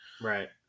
Right